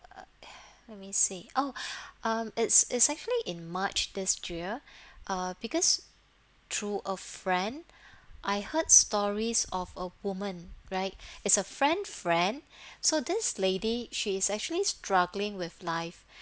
let me see oh um it's it's actually in march this year ah because through a friend I heard stories of a woman right is a friend friend so this lady she is actually struggling with life